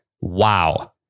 wow